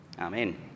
amen